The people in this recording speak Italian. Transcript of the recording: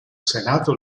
senato